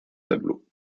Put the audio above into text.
tableau